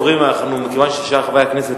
מכיוון ששאר חברי הכנסת,